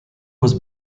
was